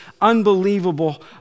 unbelievable